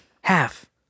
Half